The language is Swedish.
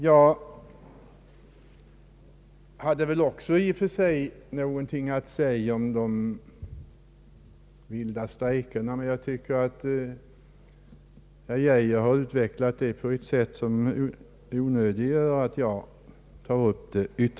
Jag har väl också i och för sig någonting att säga om de vilda strejkerna, men herr Geijer har utvecklat detta problem på ett sätt som onödiggör att jag tar upp det utförligare.